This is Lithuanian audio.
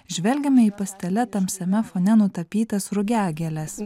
žvelgiame į pastele tamsiame fone nutapytas rugiagėles